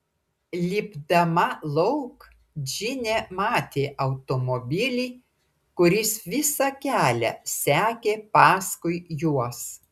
lipdama lauk džinė matė automobilį kuris visą kelią sekė paskui juos